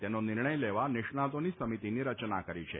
તેનો નિર્ણય લેવા નિષ્ણાંતોની સમિતિની રચના કરી છે